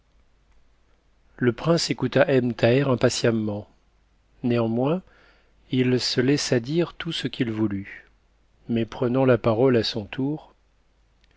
le prince écouta ebn thaher impatiemment néanmoins il se laissa dire tout ce qu'il voulut mais prenant la parole à son tour